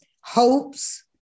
hopes